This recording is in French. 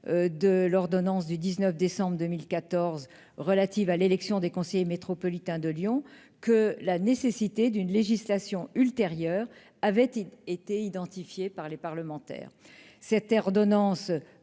de l'ordonnance du 19 décembre 2014 relative à l'élection des conseillers métropolitains de Lyon que la nécessité d'une législation ultérieure avait été identifiée par les parlementaires. Cette ordonnance